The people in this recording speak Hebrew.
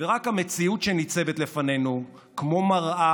רק המציאות ניצבת לפנינו כמו מראה